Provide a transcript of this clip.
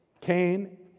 Cain